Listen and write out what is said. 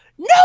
no